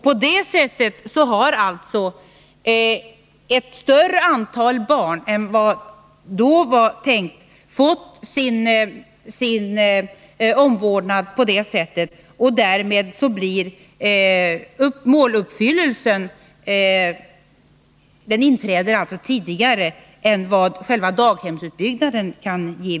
På det sättet har alltså ett större antal barn än som ursprungligen var tänkt fått sin omvårdnad ordnad, och därmed uppnås målet tidigare än vad som kunnat ske genom själva daghemsutbyggnaden.